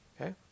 okay